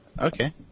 Okay